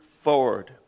forward